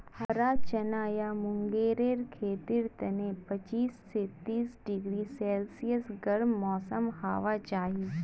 हरा चना या मूंगेर खेतीर तने पच्चीस स तीस डिग्री सेल्सियस गर्म मौसम होबा चाई